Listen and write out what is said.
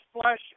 flesh